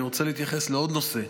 אני רוצה להתייחס לעוד נושא,